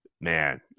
man